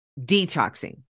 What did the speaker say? detoxing